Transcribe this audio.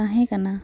ᱛᱟᱦᱮᱸ ᱠᱟᱱᱟ